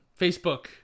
Facebook